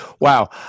wow